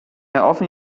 often